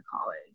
college